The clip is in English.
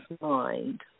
mind